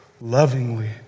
lovingly